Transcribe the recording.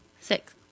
Six